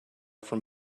from